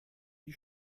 die